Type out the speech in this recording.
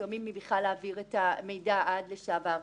מסוימים מלהעביר את המידע עד לשלב ההרשעה.